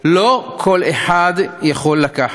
לא כל אחד יכול לקחת.